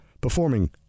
performing